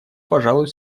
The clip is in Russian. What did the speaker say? пожалуй